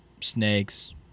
snakes